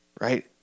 right